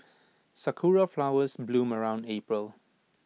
Sakura Flowers bloom around April